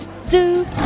Zoo